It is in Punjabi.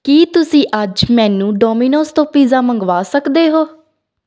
ਕੀ ਤੁਸੀਂ ਅੱਜ ਮੈਨੂੰ ਡੋਮੀਨੋਜ਼ ਤੋਂ ਪੀਜ਼ਾ ਮੰਗਵਾ ਸਕਦੇ ਹੋ